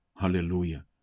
Hallelujah